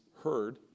heard